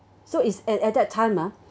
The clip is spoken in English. so it's at at that time ah